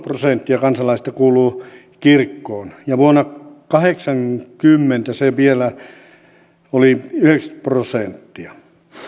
prosenttia kansalaisista kuuluu kirkkoon ja vuonna kahdeksankymmentä se vielä oli yhdeksänkymmentä prosenttia